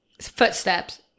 footsteps